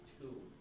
two